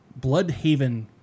Bloodhaven